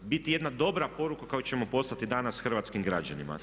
biti jedna dobra poruka koju ćemo poslati danas hrvatskim građanima.